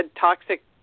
toxic